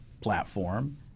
platform